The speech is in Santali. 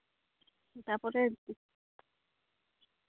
ᱛᱟᱨᱯᱚᱨᱮ